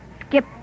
Skip